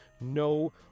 no